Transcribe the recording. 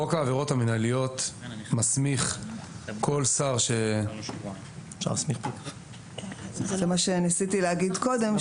חוק העבירות המנהליות מסמיך כל שר --- זה מה שניסיתי להגיד קודם.